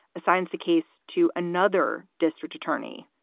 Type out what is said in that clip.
assigned the case to another district attorney,